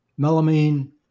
melamine